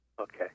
Okay